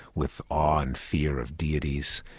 with awe and fear of deities,